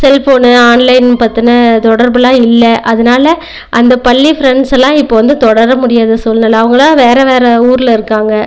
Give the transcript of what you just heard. cellphone online பற்றின தொடர்புலாம் இல்லை அதுனால் அந்த பள்ளி ஃப்ரெண்ட்ஸ் எல்லாம் இப்போது வந்து தொடர முடியாத சூழ்நில அவங்கலாம் வேறு வேறு ஊரில் இருக்காங்கள்